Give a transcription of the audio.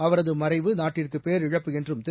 அவரது மறைவு நாட்டிற்கு பேரிழப்பு என்றும் திரு